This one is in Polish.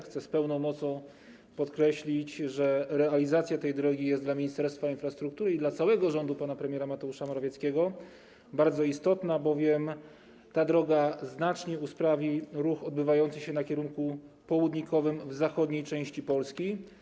Chcę z pełną mocą podkreślić, że realizacja tej drogi jest dla Ministerstwa Infrastruktury i dla całego rządu pana premiera Mateusza Morawieckiego bardzo istotna, bowiem ta droga znacznie usprawni ruch odbywający się południkowo w zachodniej części Polski.